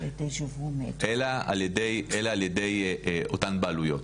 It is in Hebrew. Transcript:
אלא על ידי אותן בעלויות,